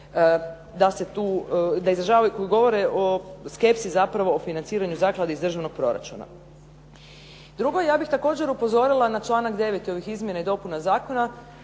koji govore o skepsi zapravo o financiranju zaklade iz državnog proračuna. Drugo je, ja bih također upozorila na članak 9. ovih izmjena i dopuna zakona